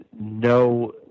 no